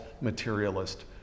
materialist